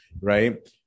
right